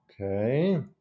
Okay